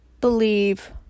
Believe